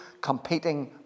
competing